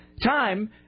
time